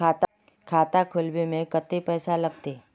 खाता खोलबे में कते पैसा लगते?